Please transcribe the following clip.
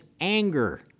anger